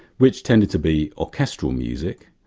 which tended to be orchestral music,